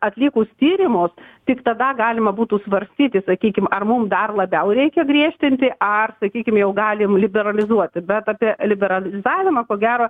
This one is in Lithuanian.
atlikus tyrimus tik tada galima būtų svarstyti sakykim ar mum dar labiau reikia griežtinti ar sakykim jau galim liberalizuoti bet apie liberalizavimą ko gero